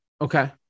Okay